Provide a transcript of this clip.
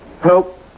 help